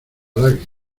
lágrima